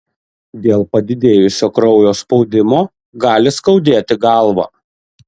dėl padidėjusio kraujo spaudimo gali skaudėti galvą